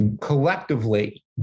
Collectively